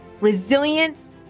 resilience